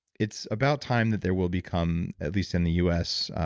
it's about time that there will become, at least in the u s,